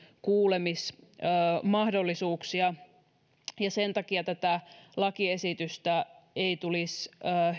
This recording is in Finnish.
kuulemismahdollisuuksia sen takia tätä lakiesitystä ei tulisi